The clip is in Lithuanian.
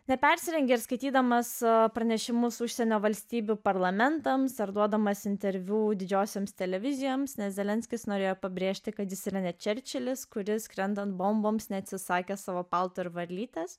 nepersirengė ir skaitydamas pranešimus užsienio valstybių parlamentams ar duodamas interviu didžiosioms televizijoms nes zelenskis norėjo pabrėžti kad jis yra ne čerčilis kuris krentant bomboms neatsisakė savo paltu ir varlytes